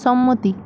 সম্মতি